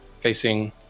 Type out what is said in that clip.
facing